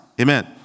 Amen